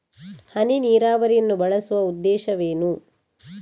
ಹನಿ ನೀರಾವರಿಯನ್ನು ಬಳಸುವ ಉದ್ದೇಶವೇನು?